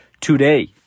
today